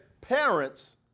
parents